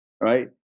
right